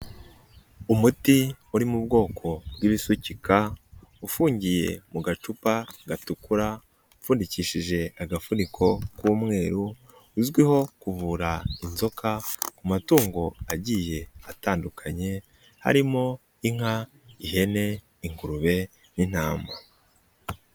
Umuti uri mu bwoko bw'ibisukika ufungiye mu gacupa gatukura, upfundikishije agafuniko k'umweru uzwiho kuvura inzoka ku matungo agiye atandukanye harimo: inka, ihene, ingurube n'intama.